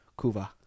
Cuba